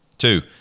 two